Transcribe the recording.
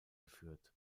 geführt